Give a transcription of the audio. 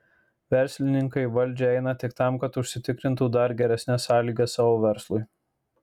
verslininkai į valdžią eina tik tam kad užsitikrintų dar geresnes sąlygas savo verslui